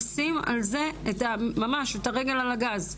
לשים ממש את הרגל על הגז.